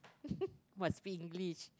must speak English